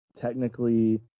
technically